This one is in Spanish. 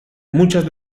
muchas